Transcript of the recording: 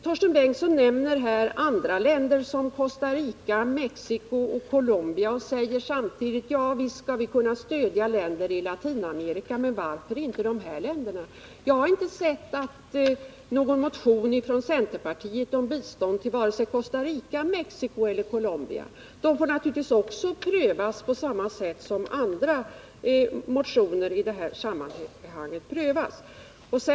Torsten Bengtson nämnde andra länder, såsom Costa Rica, Mexico och Colombia, och frågade samtidigt: Visst kan vi stödja länder i Latinamerika, men varför inte dessa länder? Jag har dock inte sett någon motion från centerpartiet om bistånd till vare sig Costa Rica, Mexico eller Colombia. En sådan motion får naturligtvis prövas precis på samma sätt som andra motioner i detta sammanhang.